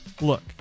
Look